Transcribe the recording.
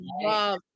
Love